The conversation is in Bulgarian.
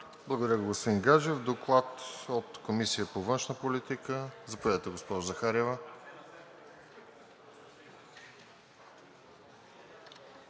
Благодаря, господин Гаджев. Доклад от Комисията по външна политика – заповядайте, госпожо Захариева.